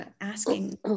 asking